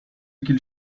qu’ils